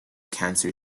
cancer